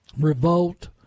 revolt